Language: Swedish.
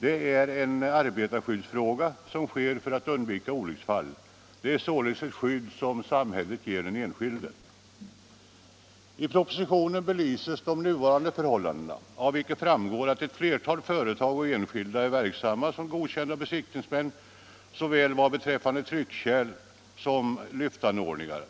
är en arbetarskyddsåtgärd som vidtas för att undvika olycksfall. Det är således ett skydd som samhället ger den enskilde. I propositionen belyses. de nuvarande förhållandena. Det framgår att ett flertal företag och enskilda är verksamma som godkända besiktningsmän vad beträffar såväl tryckkärl som lyftanordningar.